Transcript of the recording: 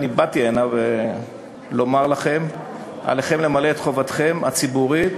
אני באתי הנה לומר לכם: עליכם למלא את חובתכם הציבורית